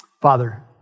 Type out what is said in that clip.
Father